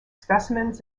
specimens